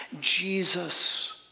Jesus